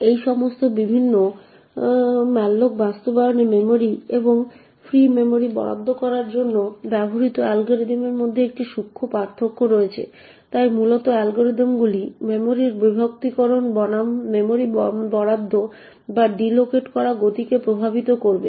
এই সমস্ত বিভিন্ন malloc বাস্তবায়নে মেমরি এবং ফ্রি মেমরি বরাদ্দ করার জন্য ব্যবহৃত অ্যালগরিদমের মধ্যে একটি সূক্ষ্ম পার্থক্য রয়েছে তাই মূলত অ্যালগরিদমগুলি মেমরির বিভক্তকরণ বনাম মেমরি বরাদ্দ বা ডিললোকেট করা গতিকে প্রভাবিত করবে